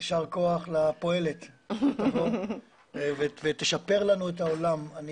יישר כוח לפועלת שתשפר לנו את העולם.